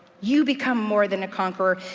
you become more than a conqueror,